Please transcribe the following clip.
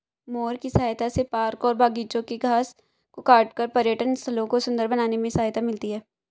mower की सहायता से पार्क और बागिचों के घास को काटकर पर्यटन स्थलों को सुन्दर बनाने में सहायता मिलती है